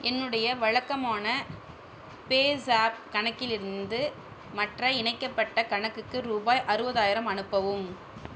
என்னுடைய வழக்கமான பேஸாப் கணக்கிலிருந்து மற்ற இணைக்கப்பட்ட கணக்குக்கு ரூபாய் அறுபதாயிரம் அனுப்பவும்